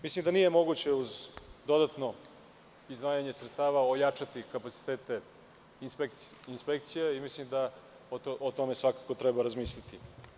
Mislim da nije moguće, uz dodatno izdvajanje sredstava, ojačati kapacitete inspekcija, i mislim da o tome svakako treba razmisliti.